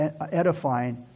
edifying